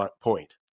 point